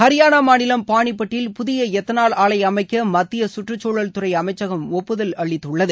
ஹரியானா மாநிலம் பானிபட்டில் புதிய எத்தனால் ஆலை அமைக்க மத்திய கற்றுச்சூழல்துறை அமைசக்கம் ஒப்புதல் அளித்துள்ளது